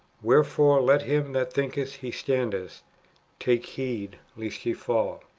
wherefore let him that thinketh he standeth, take heed lest he fall.